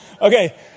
Okay